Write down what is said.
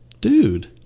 Dude